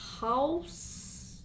House